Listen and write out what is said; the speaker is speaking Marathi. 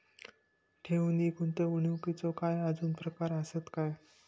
ठेव नी गुंतवणूकचे काय आजुन प्रकार आसत काय?